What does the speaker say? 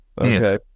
Okay